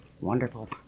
Wonderful